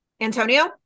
antonio